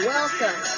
Welcome